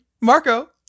Marco